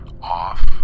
off